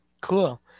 Cool